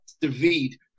David